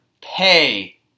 pay